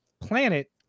planet